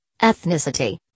ethnicity